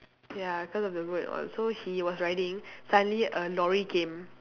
ya cause of the road and all so he was riding suddenly a lorry came